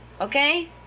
okay